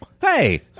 Hey